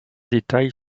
détail